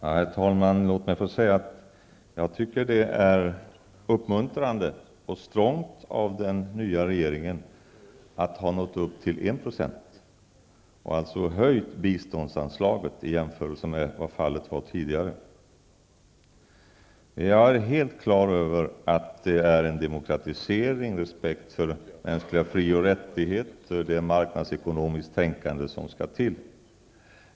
Herr talman! Låt mig få säga att jag tycker att det är uppmuntrande och strongt av den nya regeringen att ha nått upp till 1 % och alltså höjt biståndsanslaget i jämförelse med vad som var fallet tidigare. Jag är helt på det klara med att det är en demokratisering, respekt för mänskliga fri och rättigheter och marknadsekonomiskt tänkande som skall till.